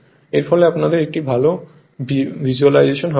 এর ফলে আপনাদের একটি ভালো ভিজ্যুয়ালাইজেশন হবে